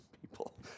people